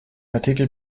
artikel